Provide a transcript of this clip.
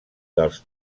dels